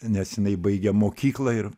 nes jinai baigė mokyklą ir